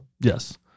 Yes